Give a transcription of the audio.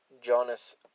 Jonas